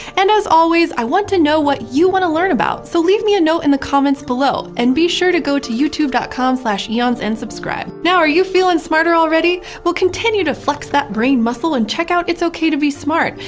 and as always, i want to know what you want to learn about! so leave me a note in the comments below! and be sure to go to youtube dot com slash eons and subscribe. now, you feeling smarter already? well continue to flex that brian muscle and check out it's ok to be smart.